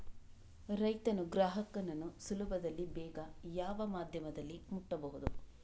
ರೈತನು ಗ್ರಾಹಕನನ್ನು ಸುಲಭದಲ್ಲಿ ಬೇಗ ಯಾವ ಮಾಧ್ಯಮದಲ್ಲಿ ಮುಟ್ಟಬಹುದು?